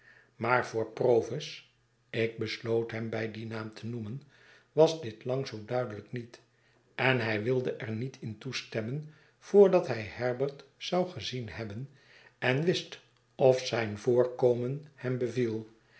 maar voor provis ik besloot hem bij dien naam te noemen was dit lang zoo duidelijk niet en hij wildeer niet in toestemmen voordat hij herbert zou gezien hebben en wist of zijn voorkomen hem beviel